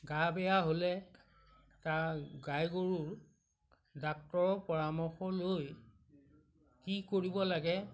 গা বেয়া হ'লে তাৰ গাই গৰুৰ ডাক্তৰৰ পৰামৰ্শ লৈ কি কৰিব লাগে